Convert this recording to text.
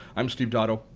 i'm steve dotto.